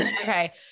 Okay